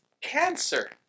cancer